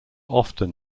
often